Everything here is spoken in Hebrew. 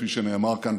כפי שנאמר כאן,